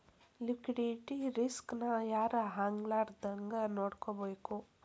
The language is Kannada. ಲಿಕ್ವಿಡಿಟಿ ರಿಸ್ಕ್ ನ ಯಾರ್ ಆಗ್ಲಾರ್ದಂಗ್ ನೊಡ್ಕೊಬೇಕು?